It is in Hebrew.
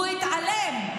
הוא התעלם.